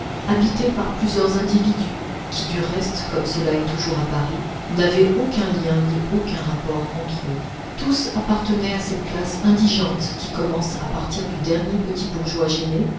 habitée par plusieurs individus qui du reste comme cela est toujours à paris n'avaient aucun lien ni aucun rapport entre eux tous appartenaient à cette classe indigente qui commence à partir du dernier petit bourgeois gêné